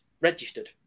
registered